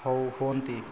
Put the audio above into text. ହଉ ହୁଅନ୍ତି